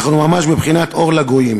אנחנו ממש בבחינת אור לגויים,